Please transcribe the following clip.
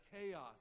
chaos